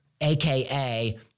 aka